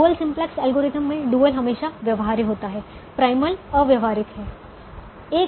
dual simplex algorithm में dual हमेशा व्यवहार्य होता है प्राइमल अव्यावहारिक है